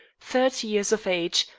thirty years of age,